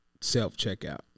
self-checkout